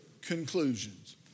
conclusions